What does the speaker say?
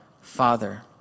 Father